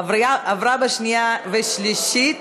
עברה בקריאה שנייה ושלישית